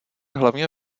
hlavně